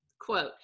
Quote